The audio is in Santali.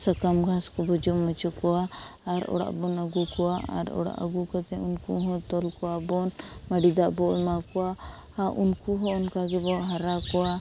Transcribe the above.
ᱥᱟᱠᱟᱢ ᱜᱷᱟᱸᱥ ᱠᱚᱵᱚ ᱡᱚᱢ ᱦᱚᱪᱚ ᱠᱚᱣᱟ ᱟᱨ ᱚᱲᱟᱜ ᱵᱚᱱ ᱟᱹᱜᱩ ᱠᱟᱛᱮᱫ ᱩᱱᱠᱩ ᱦᱚᱸ ᱛᱚᱞ ᱠᱚᱣᱟ ᱵᱚᱱ ᱢᱟᱹᱰᱤ ᱫᱟᱜ ᱵᱚ ᱮᱢᱟᱠᱚᱣᱟ ᱟᱨ ᱩᱱᱠᱩ ᱦᱚᱸ ᱚᱱᱠᱟᱜᱮᱵᱚ ᱦᱟᱨᱟ ᱠᱚᱣᱟ